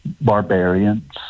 barbarians